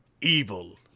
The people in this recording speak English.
evil